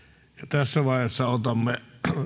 tässä vaiheessa otamme